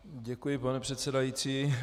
Děkuji, pane předsedající.